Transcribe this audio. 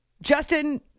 Justin